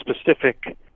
specific